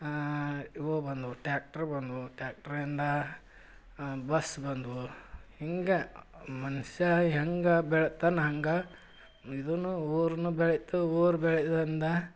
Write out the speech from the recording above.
ಇವು ಬಂದವು ಟ್ಯಾಕ್ಟ್ರು ಬಂದವು ಟ್ಯಾಕ್ಟ್ರಿಂದ ಬಸ್ ಬಂದವು ಹಿಂಗೆ ಮನುಷ್ಯ ಹೆಂಗೆ ಬೆಳಿತಾನ ಹಂಗೆ ಇದೂ ಊರೂ ಬೆಳಿತು ಊರು ಬೆಳಿದಿಂದ